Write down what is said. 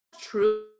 true